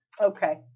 Okay